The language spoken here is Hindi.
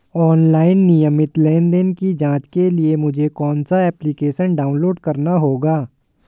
ऑनलाइन नियमित लेनदेन की जांच के लिए मुझे कौनसा एप्लिकेशन डाउनलोड करना होगा?